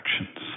actions